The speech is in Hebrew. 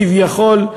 כביכול,